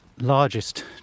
largest